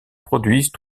produisent